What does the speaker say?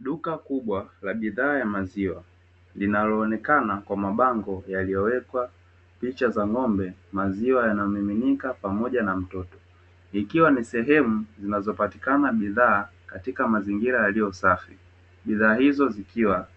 Duka kubwa la bidhaa ya maziwa, linaloonekana kwa mabango yaliyowekwa picha za ng'ombe, maziwa yanamiminika pamoja na mtoto. Ikiwa ni sehemu zinazopatikana bidhaa katika mazingira yaliyo safi. Bidhaa hizo zikiwa: